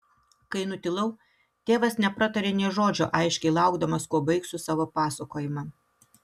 kai nutilau tėvas nepratarė nė žodžio aiškiai laukdamas kuo baigsiu savo pasakojimą